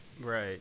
Right